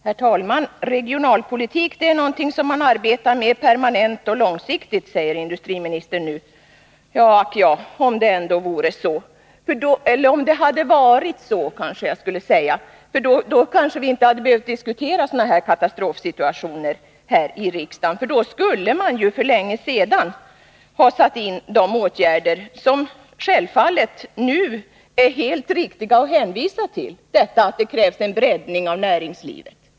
Herr talman! Regionalpolitik är någonting som man arbetar med permanent och långsiktigt, säger industriministern nu. Ack ja, om det ändå vore så — eller om det hade varit så, kanske jag skulle säga, för då hade vi inte behövt diskutera sådana här katastrofsituationer i riksdagen. Då skulle man för länge sedan ha satt in de åtgärder som det nu självfallet är helt riktigt att hänvisa till, att det krävs en breddning av näringslivet.